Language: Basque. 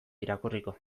irakurriko